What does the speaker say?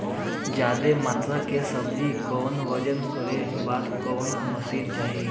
ज्यादा मात्रा के सब्जी के वजन करे बदे कवन मशीन चाही?